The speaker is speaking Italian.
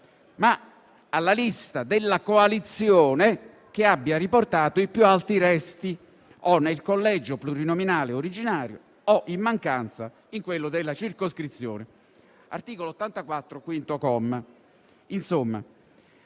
ma alla lista della coalizione che abbia riportato i più alti resti o nel collegio plurinominale originario o, in mancanza, in quello della circoscrizione (articolo 84, comma